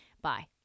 Bye